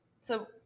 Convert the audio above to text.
So-